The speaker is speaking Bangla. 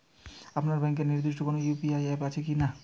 আপনার ব্যাংকের নির্দিষ্ট কোনো ইউ.পি.আই অ্যাপ আছে আছে কি?